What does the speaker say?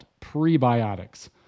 prebiotics